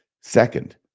Second